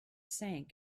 sank